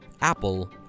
Apple